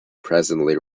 presently